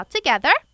together